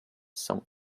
some